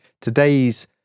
today's